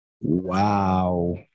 wow